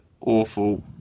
awful